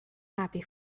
happy